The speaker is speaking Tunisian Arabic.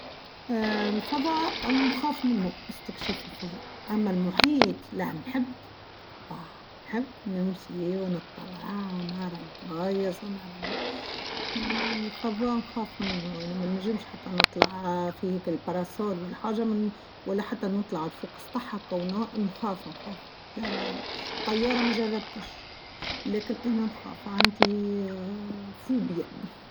الفظاء نخاف منه إستكشاف الفظاف أما المحيط لا نحب نمشي و نطلع نرى بالغايز و نرى ، الفظاء نخاف منه يعني منجمش حتى نطلع في هاكا الباراسور الحجر ولا حتى نطلع فوق سطاح كانهو نخاف نخاف لا لا طياره ماجربتش لاكن انا نخاف عندي فوبيه.